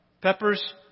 Peppers